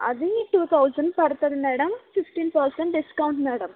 అది two thousand పడతుంది madam fifteen percent discount madam